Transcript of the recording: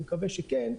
אני מקווה שכן,